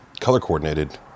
Color-coordinated